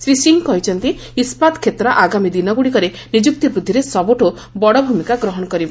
ଶ୍ରୀ ସିଂ କହିଛନ୍ତି ଇସ୍କାତ କ୍ଷେତ୍ର ଆଗାମୀ ଦିନଗୁଡ଼ିକରେ ନିଯୁକ୍ତି ବୃଦ୍ଧିରେ ସବୁଠୁ ବଡ଼ ଭ୍ରମିକା ଗ୍ରହଶ କରିବ